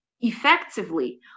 effectively